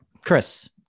chris